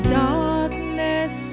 darkness